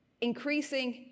increasing